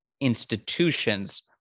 institutions